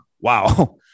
Wow